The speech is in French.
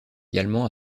également